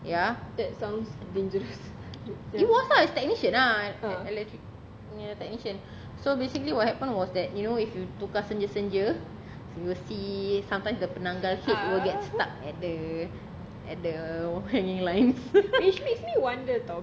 ya it was ah it's technician ah electric punya technician so basically what happened was that you know if you tukar senja-senja you'll see sometimes the penanggal head will get stuck at the at the hanging lines